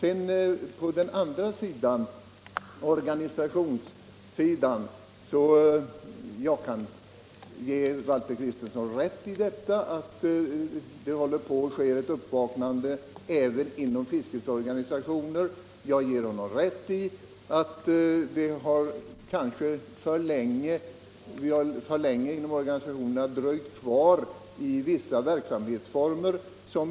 Vad sedan organisationssidan beträffar kan jag ge Valter Kristenson rätt i att det håller på att ske ett uppvaknande även inom fiskets organisationer. Jag ger honom rätt i att vi inom organisationerna kanske för länge dröjt kvar i vissa verksamhetsformer.